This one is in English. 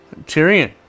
Tyrion